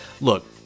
look